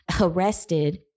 arrested